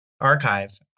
Archive